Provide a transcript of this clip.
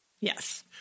Yes